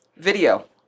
Video